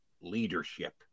leadership